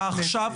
הכנסת.